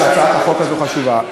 שהצעת החוק הזאת חשובה.